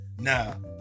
Now